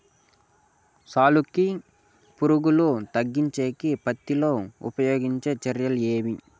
సాలుకి పులుగు తగ్గించేకి పత్తి లో ఉపయోగించే చర్యలు ఏమి?